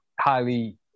highly